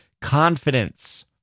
confidence